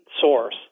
source